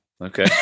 Okay